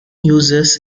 uses